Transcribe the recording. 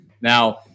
Now